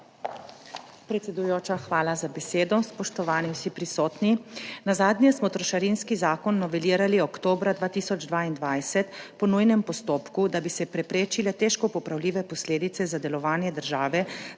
hvala za besedo.